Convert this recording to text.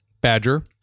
Badger